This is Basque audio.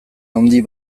handi